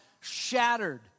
shattered